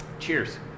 Cheers